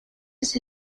los